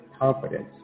confidence